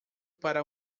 para